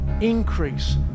increase